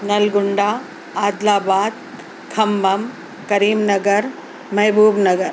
Nalgonda Adilabad تھمبم Karimnagar محبوب نگر